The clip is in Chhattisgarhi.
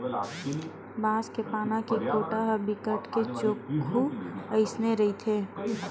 बांस के पाना के कोटा ह बिकट के चोक्खू अइसने रहिथे